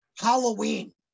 Halloween